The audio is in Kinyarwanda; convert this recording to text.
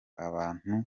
abantu